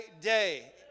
day